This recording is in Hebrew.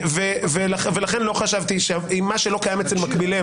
ולכן חשבתי שמה שלא קיים אצל מקביליהם,